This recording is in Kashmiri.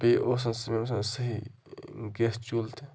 بیٚیہِ اوس نہٕ سُہ مےٚ باسان صحیح گیس چوٗلہٕ تہٕ